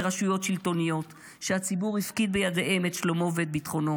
ברשויות שלטוניות --- שהציבור הפקיד בידיהם את שלומו ואת ביטחונו